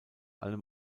allem